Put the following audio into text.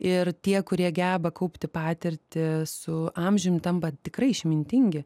ir tie kurie geba kaupti patirtį su amžium tampa tikrai išmintingi